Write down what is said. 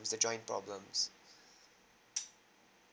the joint problems